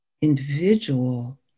individual